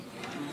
מיאמי